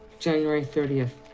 january thirtieth.